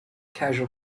casual